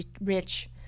rich